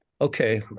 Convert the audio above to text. Okay